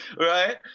right